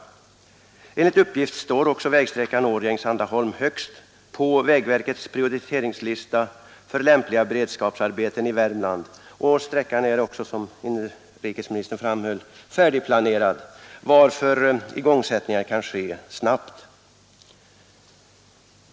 Enligt uppgift står också vägsträckan Årjäng—Sandaholm högst på vägverkets prioriteringslista för lämpliga beredskapsarbeten i Värmland, och sträckan är också, som inrikesministern framhöll, färdigplanerad varför igångsättning kan ske snabbt.